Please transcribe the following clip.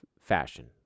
fashion